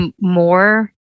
more